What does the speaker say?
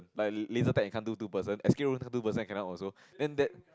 like laser tag you can't do two person escape room can't two person cannot also then that